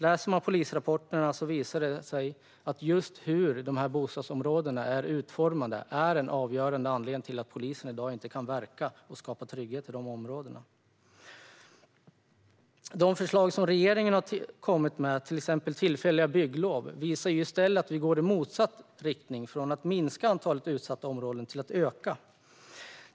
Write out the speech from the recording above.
Läser man polisrapporterna ser man att just hur dessa bostadsområden är utformade är en avgörande anledning till att polisen i dag inte kan verka och skapa trygghet där. De förslag som regeringen har kommit med, till exempel tillfälliga bygglov, visar att vi går i motsatt riktning. Vi går från att minska antalet utsatta områden till att öka dem.